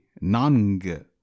NANG